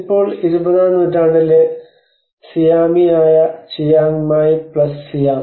ഇപ്പോൾ ഇരുപതാം നൂറ്റാണ്ടിലെ സിയാമിയായ ചിയാങ് മായ് പ്ലസ് സിയാം